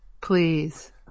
please